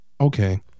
okay